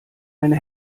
eine